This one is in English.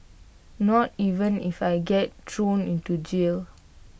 not even if I get thrown into jail